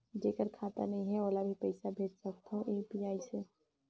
जेकर खाता नहीं है ओला भी पइसा भेज सकत हो यू.पी.आई से?